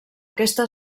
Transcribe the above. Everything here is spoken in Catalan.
aquesta